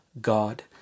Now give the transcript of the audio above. God